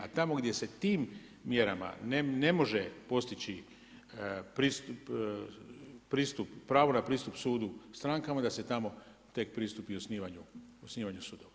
A tamo gdje se tim mjerama ne može postići pristup, pravo na pristup sudu strankama da se tamo tek pristupi osnivanju sudova.